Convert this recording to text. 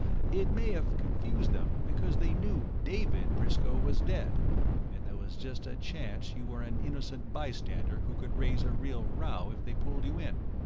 it may have confused them, because they knew david briscoe was dead and there was just a chance you were an innocent bystander who could raise a real row if they pulled you in.